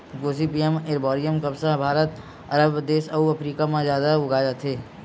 Gossypium arboreum कपसा ह भारत, अरब देस अउ अफ्रीका म जादा उगाए जाथे